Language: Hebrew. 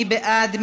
מי בעד?